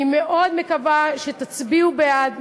אני מאוד מקווה שתצביעו בעד,